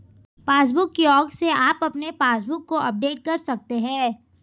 passbook kiosk से आप अपने पासबुक को अपडेट कर सकते हैं